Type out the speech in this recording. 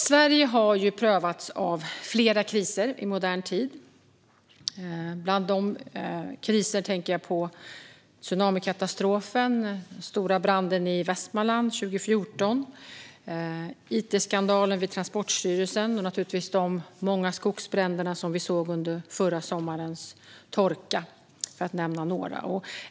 Sverige har prövats av flera kriser i modern tid, bland annat tsunamikatastrofen, den stora branden i Västmanland 2014, it-skandalen i Transportstyrelsen och givetvis de många skogsbränderna under förra sommarens torka.